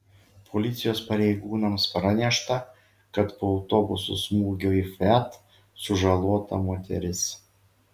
policijos pareigūnams pranešta kad po autobuso smūgio į fiat sužalota moteris